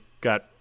got